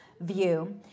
view